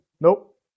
Nope